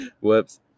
whoops